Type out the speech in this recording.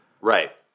Right